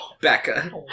Becca